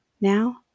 now